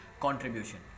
contribution